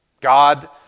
God